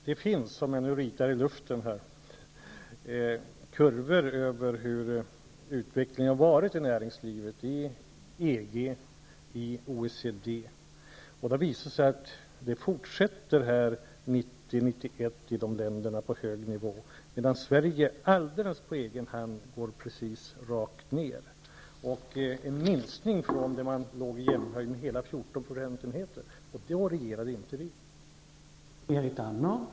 Det finns kurvor över hur utvecklingen har varit i näringslivet inom EG och OECD. De visar att den 1990 och 1991 fortsatte att ligga på en hög nivå i dessa länder, medan Sverige alldeles på egen hand gick precis rakt ner och visar på en minskning med hela 14 procentenheter från den nivå Sverige tidigare låg på. Då regerade inte vi.